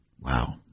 Wow